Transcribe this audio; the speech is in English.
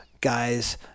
guys –